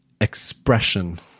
expression